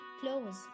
close